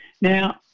Now